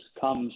comes